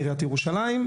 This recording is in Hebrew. עיריית ירושלים.